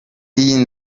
iyi